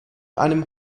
einem